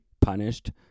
punished